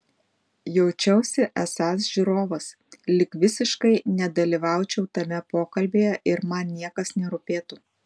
jaučiausi esąs žiūrovas lyg visiškai nedalyvaučiau tame pokalbyje ir man niekas nerūpėtų